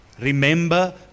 Remember